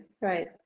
right